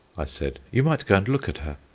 i said you might go and look at her.